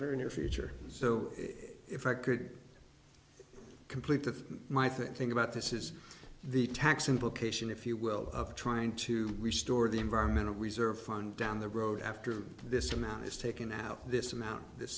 very near future so if i could complete that my think about this is the tax implication if you will of trying to restore the environmental reserve fund down the road after this amount is taken out this amount